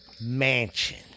Mansion